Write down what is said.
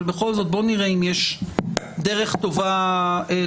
אבל בכל זאת בוא נראה אם יש דרך טובה לטייב.